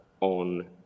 on